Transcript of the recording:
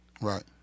Right